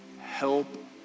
Help